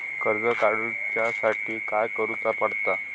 कर्ज काडूच्या साठी काय करुचा पडता?